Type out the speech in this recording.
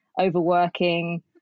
overworking